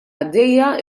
għaddejja